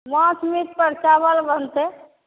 मासु मिटपर चावल बनतै